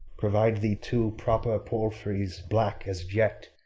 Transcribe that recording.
provide thee two proper palfreys, black as jet,